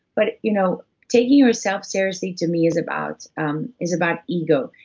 but you know taking yourself seriously to me, is about um is about ego.